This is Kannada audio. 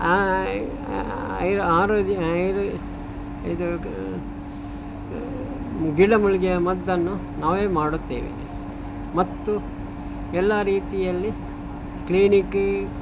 ಆಯುರ್ವೇದ ಇದು ಗ ಗಿಡಮೂಲಿಕೆಯ ಮದ್ದನ್ನು ನಾವೇ ಮಾಡುತ್ತೇವೆ ಮತ್ತು ಎಲ್ಲ ರೀತಿಯಲ್ಲಿ ಕ್ಲೀನಿಕ್